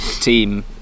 team